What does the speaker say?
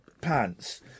pants